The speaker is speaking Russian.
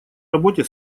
работе